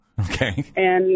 Okay